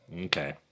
Okay